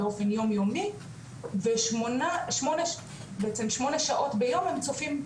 באופן יומיומי ושמונה שעות ביום הם צופים,